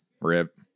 rip